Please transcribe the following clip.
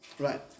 Right